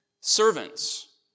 Servants